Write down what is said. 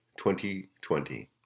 2020